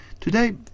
Today